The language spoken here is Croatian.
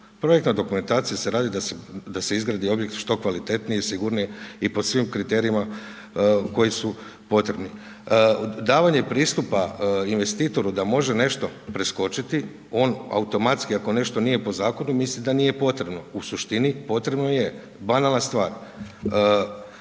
Projekta dokumentacija se radi da se izradi objekt što kvalitetnije i sigurnije i po svim kriterijima koji su potrebni. Davanje pristupa investitora da može nešto preskočiti, on automatski, ako nešto nije po zakonu, misli da nije potrebno u suštini, potrebno je. Banalna stvar,